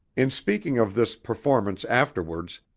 in speaking of this performance afterwards,